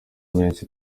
menshi